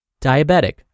diabetic